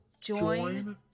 Join